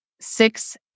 six